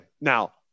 Now